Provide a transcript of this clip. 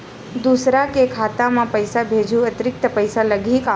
दूसरा के खाता म पईसा भेजहूँ अतिरिक्त पईसा लगही का?